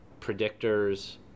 predictors